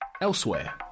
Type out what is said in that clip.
Elsewhere